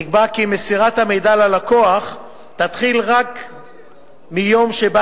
נקבע כי מסירת המידע ללקוח תתחיל רק מיום שבו